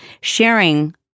sharing